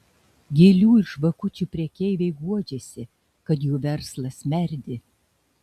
gėlių ir žvakučių prekeiviai guodžiasi kad jų verslas merdi